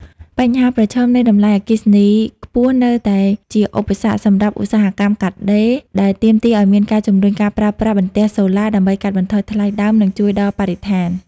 បញ្ហាប្រឈមនៃតម្លៃអគ្គិសនីខ្ពស់នៅតែជាឧបសគ្គសម្រាប់ឧស្សាហកម្មកាត់ដេរ ដែលទាមទារឱ្យមានការជំរុញការប្រើប្រាស់បន្ទះសូឡាដើម្បីកាត់បន្ថយថ្លៃដើម និងជួយដល់បរិស្ថាន។